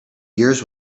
years